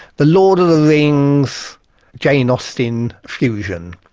the lord of the rings-jane yeah you know austen fusion.